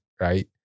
right